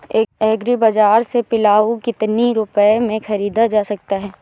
Agree बाजार से पिलाऊ कितनी रुपये में ख़रीदा जा सकता है?